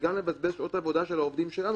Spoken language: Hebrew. וגם מבזבז שעות עבודה של העובדים שלנו